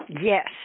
Yes